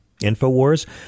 Infowars